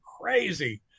crazy